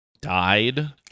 died